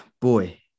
boy